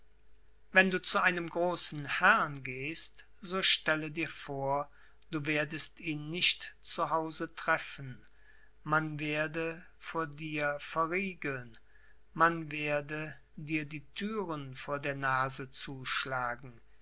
wenn du zu einem großen herrn gehst so stelle dir vor du werdest ihn nicht zu hause treffen man werde vor dir verriegeln man werde dir die thüren vor der nase zuschlagen